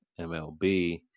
MLB